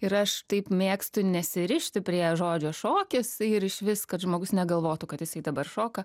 ir aš taip mėgstu nesirišti prie žodžio šokis ir išvis kad žmogus negalvotų kad jisai dabar šoka